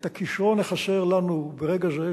על הכשרון החסר לנו ברגע זה,